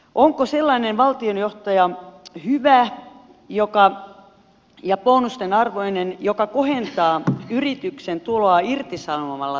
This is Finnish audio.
onko sellainen valtionyhtiön johtaja hyvä ja bonusten arvoinen joka kohentaa yrityksen tuloa irtisanomalla työntekijöitä